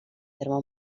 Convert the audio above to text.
terme